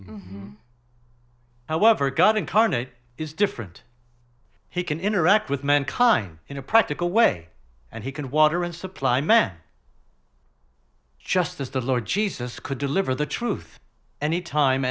however god incarnate is different he can interact with mankind in a practical way and he can water and supply man just as the lord jesus could deliver the truth anytime